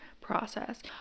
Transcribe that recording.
process